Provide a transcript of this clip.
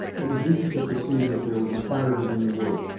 it was easy to perceive that there was a fire within the woods,